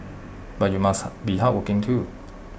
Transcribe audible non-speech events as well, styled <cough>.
but you must <hesitation> be hardworking too